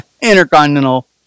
Intercontinental